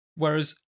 Whereas